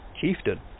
Chieftain